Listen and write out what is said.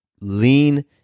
lean